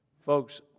Folks